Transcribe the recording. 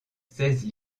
seize